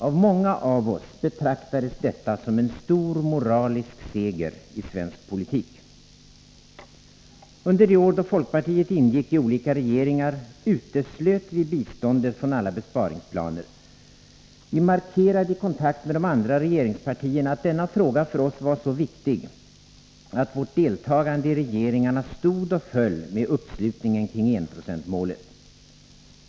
Av många av oss betraktades detta som en stor moralisk seger i svensk politik. Under de år då folkpartiet ingick i olika regeringar uteslöt vi biståndet från alla besparingsplaner. Vi markerade i kontakt med de andra regeringspartierna att denna fråga för oss var så viktig att vårt deltagande i regeringarna stod och föll med uppslutningen kring enprocentsmålet.